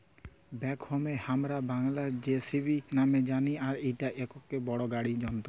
ব্যাকহোকে হামরা বাংলায় যেসিবি নামে জানি আর ইটা একটো বড় গাড়ি যন্ত্র